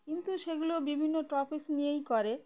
কিন্তু সেগুলো বিভিন্ন টপিকস নিয়েই করে